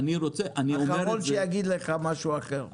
אני האחרון שיגיד לך משהו אחר.